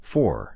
Four